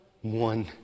One